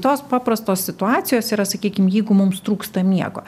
tos paprastos situacijos yra sakykim jeigu mums trūksta miego